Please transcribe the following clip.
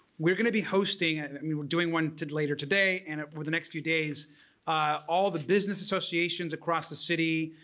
we're gonna be hosting and i mean we're doing one to later today and ah over the next few days all the business associations across the city,